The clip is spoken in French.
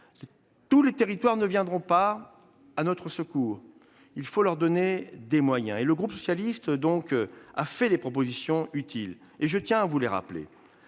Tous les territoires ne viendront pas à notre secours. Il faut leur donner des moyens. Le groupe socialiste a fait des propositions utiles, que je tiens à vous rappeler.